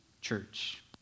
church